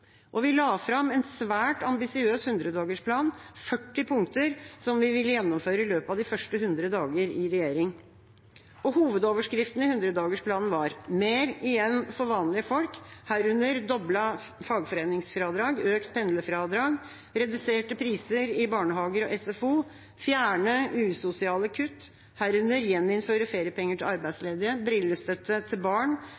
Vi la fram en svært ambisiøs hundredagersplan, 40 punkter som vi ville gjennomføre i løpet av de første 100 dagene i regjering. Hovedoverskriften i hundredagersplanen var: mer igjen for vanlige folk, herunder doblet fagforeningsfradrag, økt pendlerfradrag, reduserte priser i barnehager og SFO, fjerne usosiale kutt, herunder gjeninnføre feriepenger til